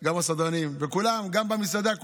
גם הסדרנים, כולם, גם במסעדה.